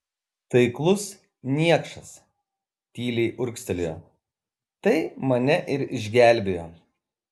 taiklus niekšas tyliai urgztelėjo tai mane ir išgelbėjo